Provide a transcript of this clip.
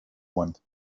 want